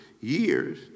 years